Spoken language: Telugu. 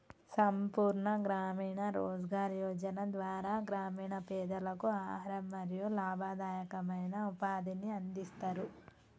సంపూర్ణ గ్రామీణ రోజ్గార్ యోజన ద్వారా గ్రామీణ పేదలకు ఆహారం మరియు లాభదాయకమైన ఉపాధిని అందిస్తరు